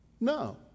No